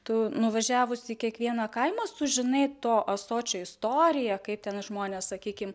tu nuvažiavus į kiekvieną kaimą sužinai to ąsočio istoriją kaip ten žmonės sakykim